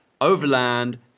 overland